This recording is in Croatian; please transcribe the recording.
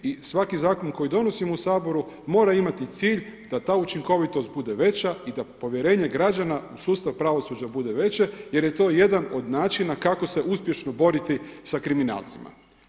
I svaki zakon koji donosimo u Saboru mora imati cilj da ta učinkovitost bude veća i da povjerenje građana u sustav pravosuđa bude veće jer je to jedan od načina kako se uspješno boriti sa kriminalcima.